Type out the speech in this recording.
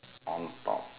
on top